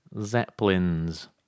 Zeppelins